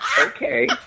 okay